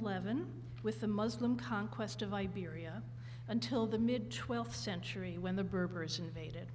eleven with the muslim conquest of iberia until the mid twelfth century when the berbers invaded